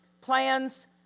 Plans